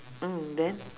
mm then